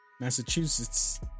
Massachusetts